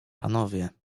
panowie